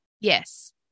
Yes